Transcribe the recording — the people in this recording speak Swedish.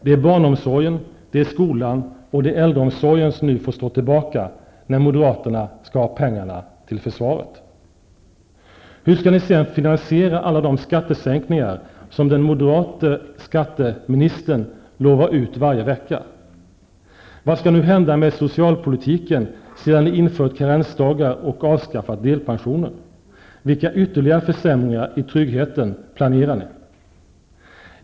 Det är barnomsorgen, skolan och äldreomsorgen som får stå tillbaka när moderaterna skall ha pengarna till försvaret. Hur skall ni finansiera alla de skattesänkningar som den moderate skatteministern lovar ut varje vecka? Vad skall nu hända med socialpolitiken sedan ni infört karensdagar och avskaffat delpensionen? Vilka ytterligare försämningar i tryggheten planerar ni?